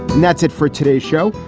that's it for today's show,